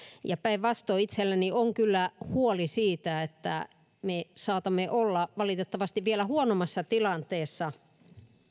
päinvastoin itselläni on kyllä huoli siitä että me saatamme olla valitettavasti vielä huonommassa tilanteessa kuin